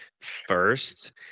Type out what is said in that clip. first